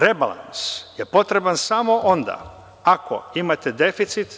Rebalans je potreban samo onda ako imate deficit.